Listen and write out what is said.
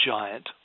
giant